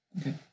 Okay